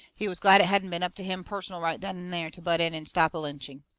he was glad it hadn't been up to him personal right then and there to butt in and stop a lynching.